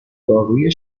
داروی